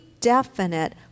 definite